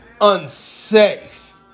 unsafe